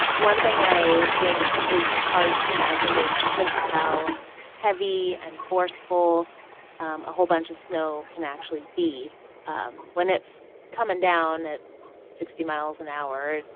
one thing i think is hard to imagine is just how heavy and forceful a whole bunch of snow can actually be when it's coming down at sixty miles an and hour.